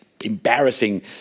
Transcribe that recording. embarrassing